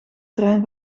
trein